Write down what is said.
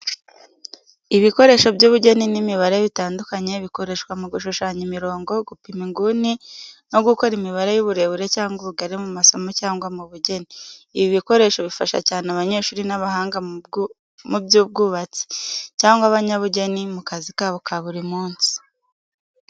Ibikoresho by’ubugeni n’imibare bitandukanye, bikoreshwa mu gushushanya imirongo, gupima inguni no gukora imibare y’uburebure cyangwa ubugari mu masomo cyangwa mu bugeni. Ibi bikoresho bifasha cyane abanyeshuri n’abahanga mu by’ubwubatsi, cyangwa abanyabugeni mu kazi kabo ka buri munsi.